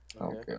Okay